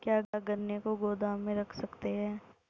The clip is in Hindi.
क्या गन्ने को गोदाम में रख सकते हैं?